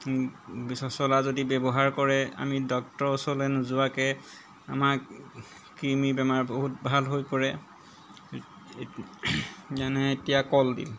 পচলা যদি ব্যৱহাৰ কৰে ডক্টৰৰ ওচৰলৈ নোযোৱাকৈ আমাক ক্ৰিমি বেমাৰ বহুত ভাল হৈ পৰে যেনে এতিয়া কলডিল